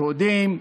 יהודים,